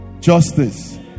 justice